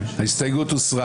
הצבעה ההסתייגות לא התקבלה.